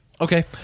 okay